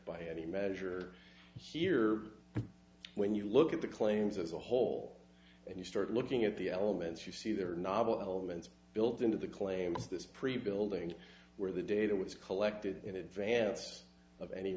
by any measure here when you look at the claims as a whole and you start looking at the elements you see there are novel elements built into the claims this prebuild and where the data was collected in advance of any